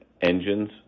engines